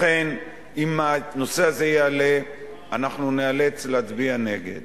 לכן, אם הנושא הזה יעלה אנחנו ניאלץ להצביע נגד,